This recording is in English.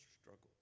struggles